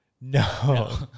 No